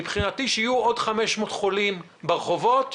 ומבחינתך שיהיו עוד 500 חולים ברחובות,